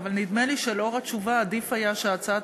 אבל נדמה לי שלאור התשובה עדיף היה שהצעת